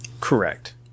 Correct